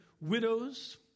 widows